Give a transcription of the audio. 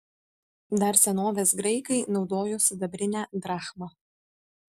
dar senovės graikai naudojo sidabrinę drachmą